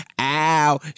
ow